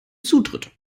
zutritt